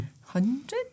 hundred